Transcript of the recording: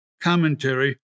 commentary